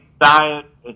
diet